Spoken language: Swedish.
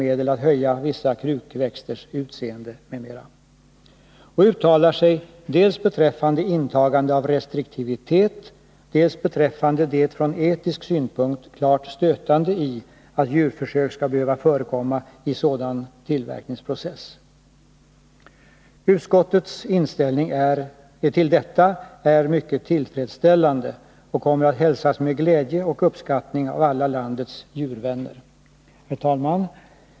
medelatt höja vissa krukväxters utseende m.m. , och uttalar sig dels beträffande iakttagande av restriktivitet, dels beträffande det från etisk synpunkt klart stötande i att djurförsök skall behöva förekomma i sådan tillverkningsprocess. Utskottets inställning till detta är mycket tillfredsställande och kommer att hälsas med glädje och uppskattning av alla landets djurvänner. Herr talman!